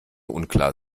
unklar